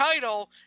title